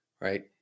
Right